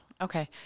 okay